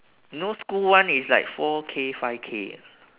no school one is like four K five K ah